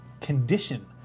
condition